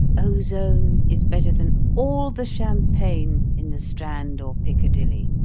ozone is better than all the champagne in the strand or piccadilly.